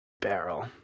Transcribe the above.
barrel